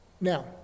now